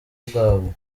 bwabo